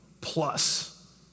plus